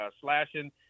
slashing